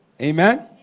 Amen